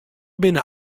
binne